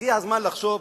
הגיע הזמן לחשוב,